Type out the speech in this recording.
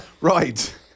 Right